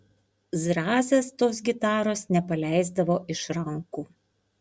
zrazas tos gitaros nepaleisdavo iš rankų